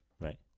right